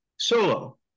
Solo